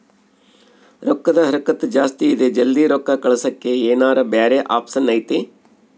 ರೊಕ್ಕದ ಹರಕತ್ತ ಜಾಸ್ತಿ ಇದೆ ಜಲ್ದಿ ರೊಕ್ಕ ಕಳಸಕ್ಕೆ ಏನಾರ ಬ್ಯಾರೆ ಆಪ್ಷನ್ ಐತಿ?